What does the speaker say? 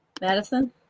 Madison